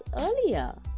earlier